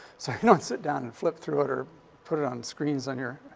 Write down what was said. so you don't sit down and flip through it or put it on screens on your,